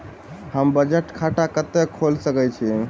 हम बचत खाता कतऽ खोलि सकै छी?